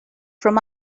from